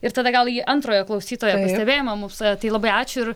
ir tada gal į antrojo klausytojo pastebėjimą mums tai labai ačiū